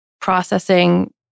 processing